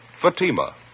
Fatima